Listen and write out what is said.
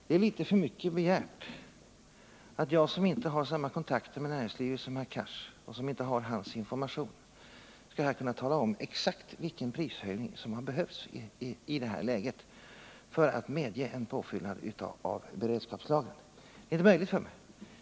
Det är litet för mycket begärt att jag som inte har samma kontakter med näringslivet som herr Cars och som inte har hans information här skulle kunna tala om exakt vilken prishöjning som hade behövts i det här läget för att medge en påfyllnad av beredskapslagren.